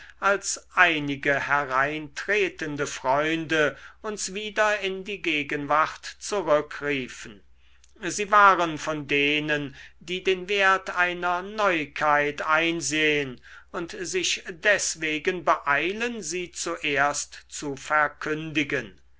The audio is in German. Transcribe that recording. als einige hereintretende freunde uns wieder in die gegenwart zurückriefen sie waren von denen die den wert einer neuigkeit einsehen und sich deswegen beeilen sie zuerst zu verkündigen